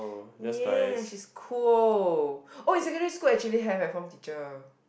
yes she's cool oh in secondary school actually have my form teacher